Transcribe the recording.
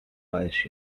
کاهش